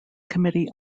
committee